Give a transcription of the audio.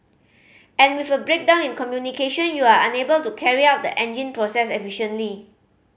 and with a breakdown in communication you are unable to carry out the engine process efficiently